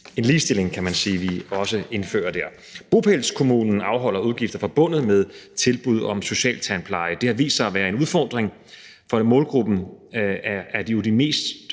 en ligestilling, kan man sige, som vi også indfører der. Bopælskommunen afholder udgifter forbundet med tilbud om socialtandpleje. Det har vist sig at være en udfordring, for målgruppen for